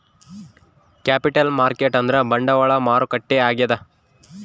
capital market ಅಂದ್ರ ಬಂಡವಾಳ ಮಾರುಕಟ್ಟೆ ಆಗ್ಯಾದ